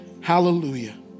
hallelujah